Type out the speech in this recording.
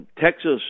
Texas